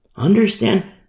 Understand